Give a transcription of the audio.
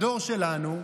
בדור שלנו,